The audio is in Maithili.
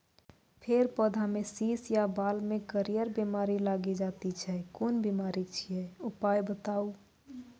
फेर पौधामें शीश या बाल मे करियर बिमारी लागि जाति छै कून बिमारी छियै, उपाय बताऊ?